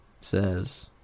says